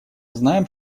знаем